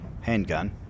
handgun